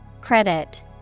Credit